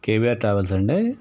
KY travels అండి